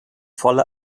volle